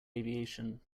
aviation